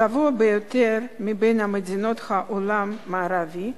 הגבוה ביותר מבין מדינות העולם המערבי,